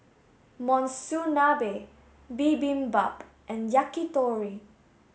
Monsunabe Bibimbap and Yakitori